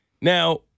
Now